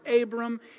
Abram